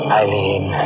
Eileen